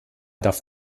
darf